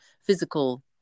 physical